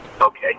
Okay